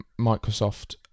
Microsoft